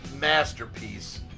masterpiece